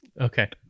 Okay